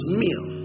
meal